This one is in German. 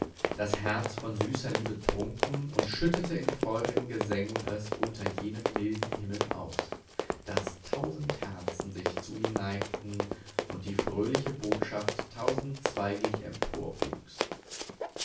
das herz von süßer liebe trunken und schüttete in feurigen gesängen es unter jenem milden himmel aus daß tausend herzen sich zu ihm neigten und die fröhliche botschaft